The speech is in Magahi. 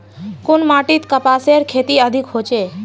कुन माटित कपासेर खेती अधिक होचे?